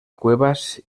cuevas